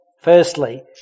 Firstly